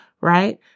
right